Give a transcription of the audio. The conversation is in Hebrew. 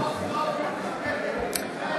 (קוראת בשמות חברי הכנסת)